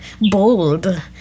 Bold